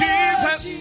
Jesus